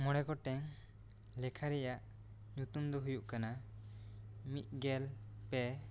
ᱢᱚᱬᱮ ᱜᱚᱴᱮᱝ ᱞᱮᱠᱷᱟ ᱨᱮᱭᱟᱜ ᱧᱩᱛᱩᱢ ᱫᱚ ᱦᱩᱭᱩᱜ ᱠᱟᱱᱟ ᱢᱤᱫ ᱜᱮᱞ ᱯᱮ